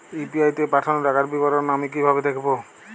UPI তে পাঠানো টাকার বিবরণ আমি কিভাবে দেখবো?